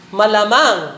malamang